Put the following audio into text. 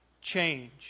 change